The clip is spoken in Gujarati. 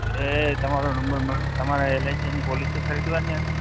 હવે તમારો નંબર મળ્યો તમારે એલ આઈ સી એજન્ટની પોલિસી ખરીદવાની હતી